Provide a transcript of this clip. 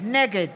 נגד